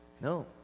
no